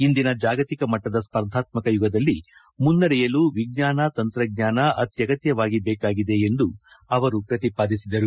ಇಂದಿನ ಜಾಗತಿಕ ಮಟ್ಟದ ಸ್ಪರ್ಧಾತ್ಮಕ ಯುಗದಲ್ಲಿ ಮುನ್ನಡೆ ಯಲು ವಿಜ್ಞಾನ ತಂತ್ರಜ್ಞಾನ ಅತ್ಯಗತ್ವವಾಗಿ ಬೇಕಾಗಿದೆ ಎಂದು ಅವರು ಪ್ರತಿಪಾದಿಸಿದರು